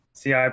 CI